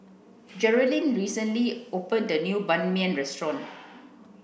Jerilyn recently opened a new Ban Mian restaurant